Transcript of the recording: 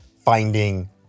finding